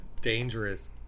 dangerous